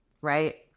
Right